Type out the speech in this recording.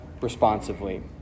responsively